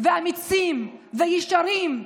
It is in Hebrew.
אמיצים וישרים,